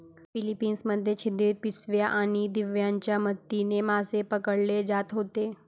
Philippines मध्ये छिद्रित पिशव्या आणि दिव्यांच्या मदतीने मासे पकडले जात होते